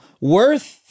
worth